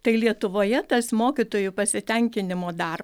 tai lietuvoje tas mokytojų pasitenkinimo dar